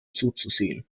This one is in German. zuzusehen